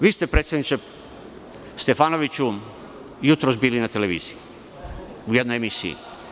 Vi ste, predsedniče Stefanoviću, jutros bili na televiziji u jednoj emisiji.